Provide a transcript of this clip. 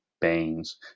pains